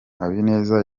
habineza